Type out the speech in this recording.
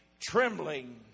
trembling